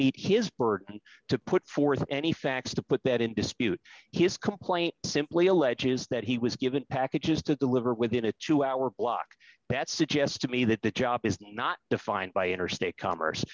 eat his burden to put forth any facts to put that in dispute his complaint simply alleges that he was given packages to the river within a two hour block that suggests to me that the job is not defined by interstate commerce